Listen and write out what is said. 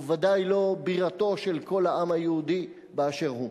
וודאי לא בירתו של כל העם היהודי באשר הוא.